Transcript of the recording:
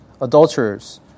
adulterers